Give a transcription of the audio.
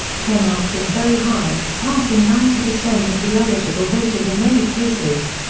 turnout was very high, passing ninety percent of the eligible voters in many places.